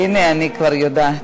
אינה נוכחת,